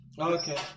Okay